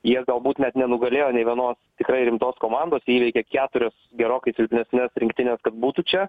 jie galbūt net nenugalėjo nei vienos tikrai rimtos komandos įveikė keturias gerokai silpnesnes rinktines kad būtų čia